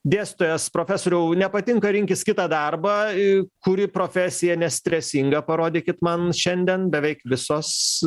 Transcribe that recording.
dėstytojas profesoriau nepatinka rinkis kitą darbą kuri profesija nestresinga parodykit man šiandien beveik visos